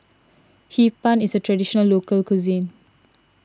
Hee Pan is a Traditional Local Cuisine